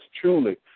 truly